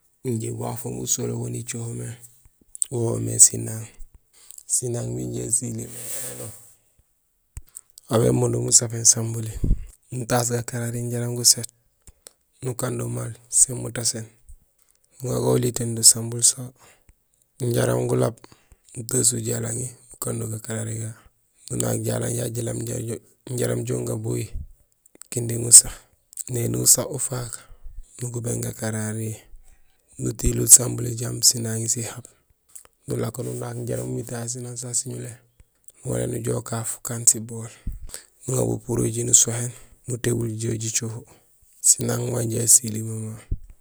Injé wafoom usolee waan icoho mé wo woomé sinaaŋ. Sinaaŋ minja sisilimé éno; aw bémundum usapin sambuli, nutaas gakarari jaraam guséét, nukando maal sén mutaséén, nuŋago ulitéén do sambun sasu jaraam gulaab, nutasul jalaŋi ukando gakarari gagu, nunaak jalang jaju jilaab jaraam jon gabohi kinding usa, néni usa ufaak, nugubéén gakarari, nutilool sambuni jambi sinaŋi sihaab. Nulako nunaak jaraam umi tahé sinaaŋ sasu siñulé, nuwaléén nujoow ukaaf ukaan sibool, nuŋa bupuruji nusohéén, nutébul jo jicoho. Sinaaŋ ma inja asili mama.